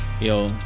Yo